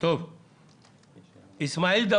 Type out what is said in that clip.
ממציא ויזם מנצרת.